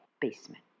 basement